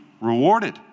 rewarded